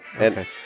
Okay